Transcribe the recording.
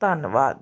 ਧੰਨਵਾਦ